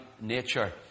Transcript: nature